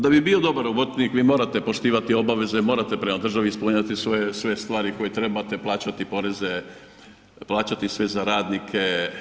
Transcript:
Da bi bio dobar obrtnik vi morate poštivati obaveze, morate prema državi ispunjavati sve stvari koje trebate, plaćati poreze, plaćati sve za radnike.